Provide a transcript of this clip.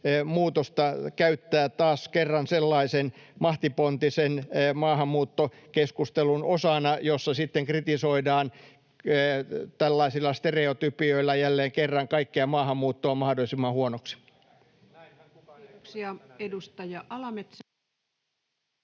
muutosta käyttää taas kerran sellaisen mahtipontisen maahanmuuttokeskustelun osana, jossa sitten kritisoidaan tällaisilla stereotypioilla jälleen kerran kaikkea maahanmuuttoa mahdollisimman huonoksi. Kiitoksia. — Edustaja Alametsä.